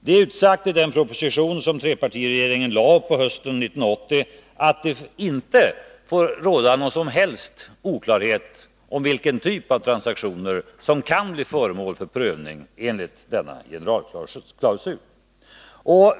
Det är utsagt i den proposition som trepartiregeringen lade fram på hösten 1980 att det inte får råda någon som helst oklarhet om vilken typ av transaktioner som kan bli föremål för prövning enligt generalklausulen.